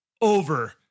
over